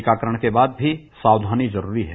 टीकाकरण के बाद भी सावधानी जरूरी है